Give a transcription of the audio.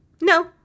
No